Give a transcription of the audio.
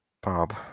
Bob